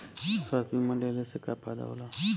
स्वास्थ्य बीमा लेहले से का फायदा होला?